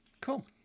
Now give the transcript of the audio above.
Cool